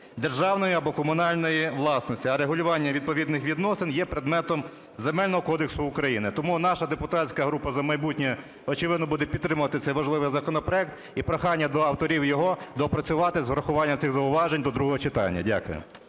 державної або комунальної власності. А регулювання відповідних відносин є предметом Земельного кодексу України. Тому наша депутатська група "За майбутнє", очевидно, буде підтримувати цей важливий законопроект. І прохання до авторів: його доопрацювати з врахуванням цих зауважень до другого читання. Дякую.